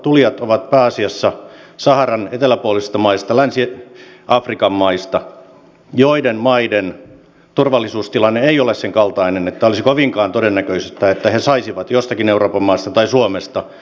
tulijat ovat pääasiassa saharan eteläpuolisista maista länsi afrikan maista joiden maiden turvallisuustilanne ei ole sen kaltainen että olisi kovinkaan todennäköistä että he saisivat jostakin euroopan maasta tai suomesta turvapaikan